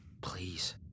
Please